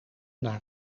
naar